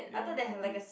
ya probably